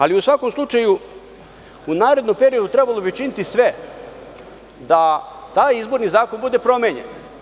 Ali u svakom slučaju u narednom periodu trebalo bi učiniti sve da taj izborni zakon bude promenjen.